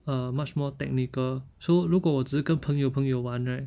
uh much more technical so 如果我只是跟朋友朋友玩 right